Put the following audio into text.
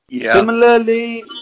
Similarly